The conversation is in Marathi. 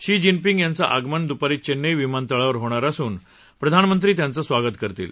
शी जिनपींग यांचं आगमन दुपारी चेन्नई विमानतळावर होणार असून प्रधानमंत्री त्यांचं स्वागत करतील